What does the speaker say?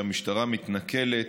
שהמשטרה מתנכלת,